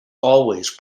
always